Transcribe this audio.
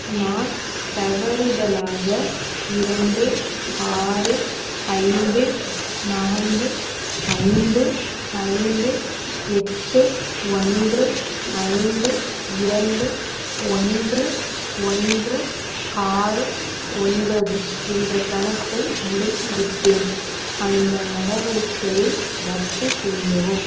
நான் தவறுதலாக இரண்டு ஆறு ஐந்து நான்கு ஐந்து ஐந்து எட்டு ஒன்று ஐந்து இரண்டு ஒன்று ஒன்று ஆறு ஒன்பது என்ற கணக்கை முடக்கிவிட்டேன் அந்த நடவடிக்கையை ரத்து செய்யவும்